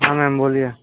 ହଁ ମ୍ୟାମ୍ ବୋଲିୟେ